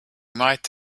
might